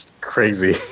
Crazy